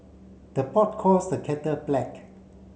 the pot calls the kettle black